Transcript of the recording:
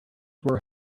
were